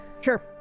Sure